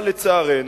אבל לצערנו,